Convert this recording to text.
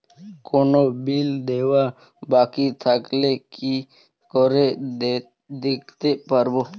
কোনো বিল দেওয়া বাকী থাকলে কি করে দেখতে পাবো?